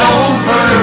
over